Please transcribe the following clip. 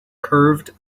curved